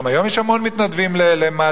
גם היום יש המון מתנדבים למד"א.